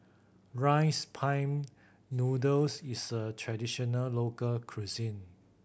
Rice Pin Noodles is a traditional local cuisine